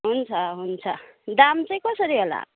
हुन्छ हुन्छ दाम चाहिँ कसरी होला